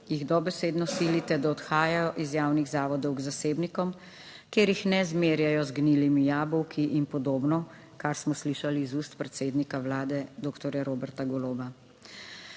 jih dobesedno silite, da odhajajo iz javnih zavodov k zasebnikom, kjer jih ne zmerjajo z gnilimi jabolki in podobno, kar smo slišali iz ust predsednika Vlade doktorja Roberta Goloba.